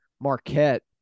Marquette